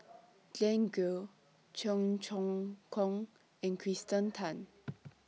Glen Goei Cheong Choong Kong and Kirsten Tan